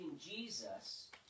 Jesus